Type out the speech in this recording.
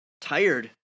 tired